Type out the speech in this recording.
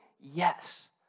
yes